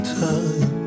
time